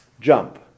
jump